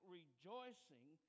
rejoicing